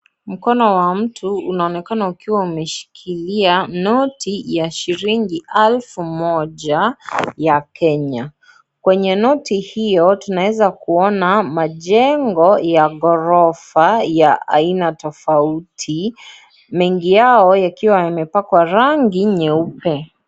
Mkono wa mtu, unaonekana ukiwa umeshikilia noti, ya shilingi alfu moja, ya Kenya, kwenye noti hiyo, tunaeza kuona majengo ya gorofa, ya aina tofauti, mengi yao yakiwa yamepakwa rangi, nyeupe.